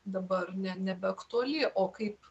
dabar ne nebeaktuali o kaip